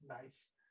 Nice